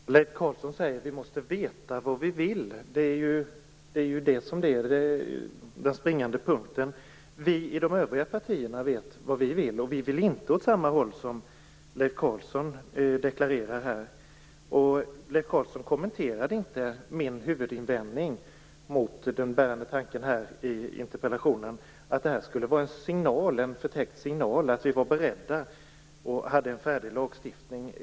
Fru talman! Leif Carlson säger att vi måste veta vad vi vill. Det är ju det som är den springande punkten. Vi i de övriga partierna vet vad vi vill, och vi vill inte åt samma håll som det Leif Carlson här deklarerar. Leif Carlson kommenterade inte min huvudinvändning mot den bärande tanken i interpellationen, nämligen att det här skulle vara en förtäckt signal om att vi var beredda och hade en färdig lagstiftning.